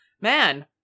man